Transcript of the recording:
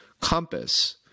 Compass